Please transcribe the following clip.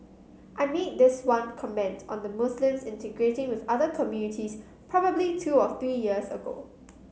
I made this one comment on the Muslims integrating with other communities probably two or three years ago